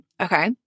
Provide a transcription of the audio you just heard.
Okay